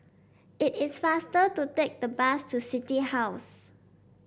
it is faster to take the bus to City House